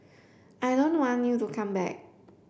I don't want you to come back